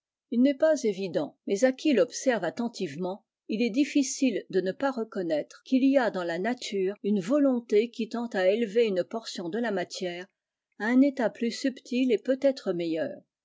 il n'est pas évident mais à qui l'observe attentivement il est difficile de ne pas reconnaître qu'il y a dauis la nature une volonté qui tend à élever une portion de la matière à un état plus subtil et peut-être meilleur